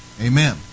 amen